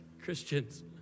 Christians